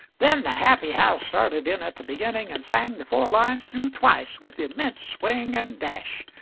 then the happy house started in at the beginning and sang the four lines through twice, with immense swing and dash,